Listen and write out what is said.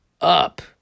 up